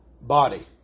body